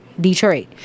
Detroit